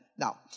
Now